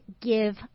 give